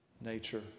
nature